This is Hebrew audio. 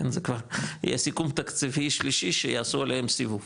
זה כבר יהיה סיכום תקציבי שלישי שיעשו עליהם סיבוב.